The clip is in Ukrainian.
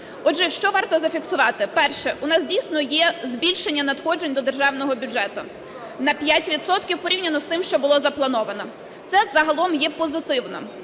Отже, що варто зафіксувати. Перше. У нас дійсно є збільшення надходжень до державного бюджету на 5 відсотків порівняно з тим, що було заплановано. Це загалом є позитивно.